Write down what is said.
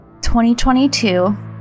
2022